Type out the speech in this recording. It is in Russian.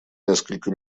несколько